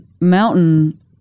mountain